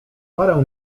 parę